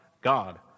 God